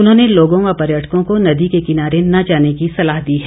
उन्होंने लोगों व पर्यटकों को नदी के किनारे न जाने की सलाह दी है